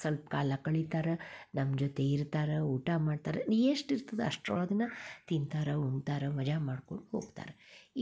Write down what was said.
ಸ್ವಲ್ಪ ಕಾಲ ಕಳಿತಾರೆ ನಮ್ಮ ಜೊತೆ ಇರ್ತಾರೆ ಊಟ ಮಾಡ್ತಾರೆ ಎಷ್ಟು ಇರ್ತದೆ ಅಷ್ಟ್ರ ಒಳಗೇನೆ ತಿಂತಾರೆ ಉಣ್ತಾರೆ ಮಜಾ ಮಾಡ್ಕೊಂಡು ಹೋಗ್ತಾರೆ